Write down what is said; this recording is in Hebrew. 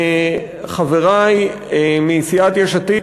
חברי מסיעת יש עתיד,